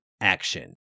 action